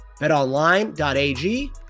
BetOnline.ag